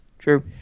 True